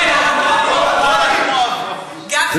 תודה.